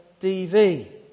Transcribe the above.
DV